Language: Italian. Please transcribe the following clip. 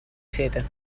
sete